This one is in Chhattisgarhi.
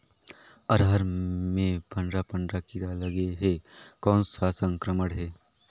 अरहर मे पंडरा पंडरा कीरा लगे हे कौन सा संक्रमण हे?